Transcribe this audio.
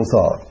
thought